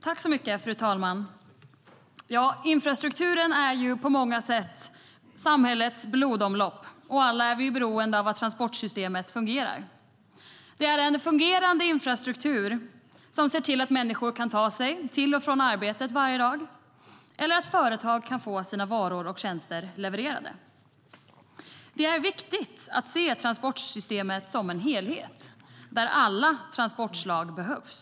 Fru talman! Infrastrukturen är på många sätt samhällets blodomlopp, och alla är vi beroende av att transportsystemet fungerar. Det är en fungerande infrastruktur som ser till att människor kan ta sig till och från arbetet varje dag eller att företag kan få sina varor och tjänster levererade. Det är viktigt att se transportsystemet som en helhet där alla transportslag behövs.